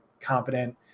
competent